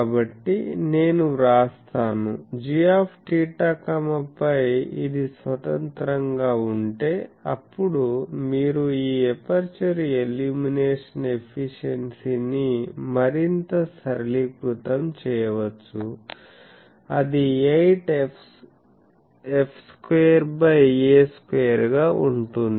కాబట్టి నేను వ్రాస్తాను gθ φ ఇది స్వతంత్రంగా ఉంటే అప్పుడు మీరు ఈ ఎపర్చరు ఇల్యూమినేషన్ ఎఫిషియెన్సీ ని మరింత సరళీకృతం చేయవచ్చు అది 8f2a2 గా ఉంటుంది